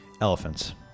Elephants